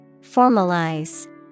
Formalize